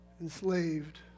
enslaved